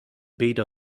beta